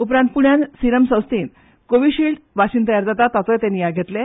उप्रांत पूण्यान सीरम संस्थेन कोविशील्ड वाशीन तयार जाता ताचोय ते नियाळ घेतले